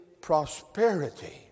prosperity